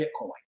Bitcoin